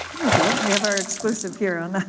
you you go. we have our exclusive here on.